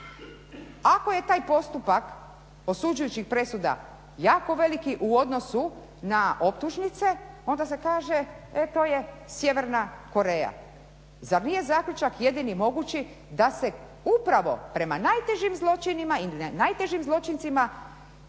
Ako je taj postupak osuđujućih presuda jako veliki u odnosu na optužnice onda se kaže e to je Sjeverna Koreja. Zar nije zaključak jedini mogući da se upravo prema najtežim zločinima ili najtežim zločincima